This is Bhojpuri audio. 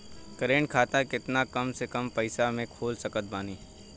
करेंट खाता केतना कम से कम पईसा से खोल सकत बानी?